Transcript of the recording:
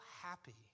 happy